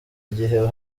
igihe